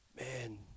man